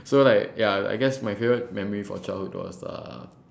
so like ya I guess my favourite memory from childhood was the